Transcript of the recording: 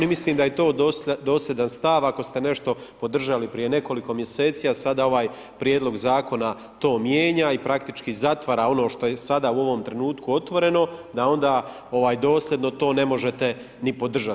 I mislim da je to dosljedan stav ako ste nešto podržali prije nekoliko mjeseci, a sada ovaj Prijedlog zakona to mijenja i praktički zatvara ono što je sada u ovom trenutku otvoreno da onda dosljedno to ne možete ni podržat.